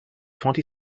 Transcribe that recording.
twenty